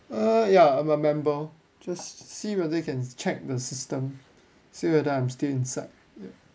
err ya I'm a member just see whether you can check the system see whether I'm still inside